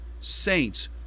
saints